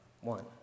one